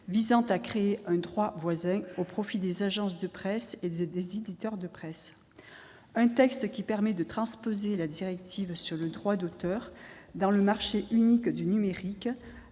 visant à créer un droit voisin au profit des agences de presse et des éditeurs de presse. Ce texte permet de transposer la directive sur le droit d'auteur dans le marché unique du numérique,